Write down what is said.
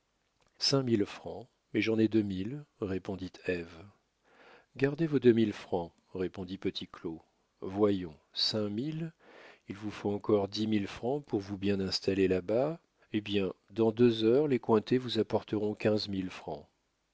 mais j'en ai deux mille répondit ève gardez vos deux mille francs répondit petit claud voyons cinq mille il vous faut encore dix mille francs pour vous bien installer là-bas eh bien dans deux heures les cointet vous apporteront quinze mille francs